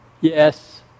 Yes